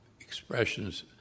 expressions